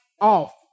off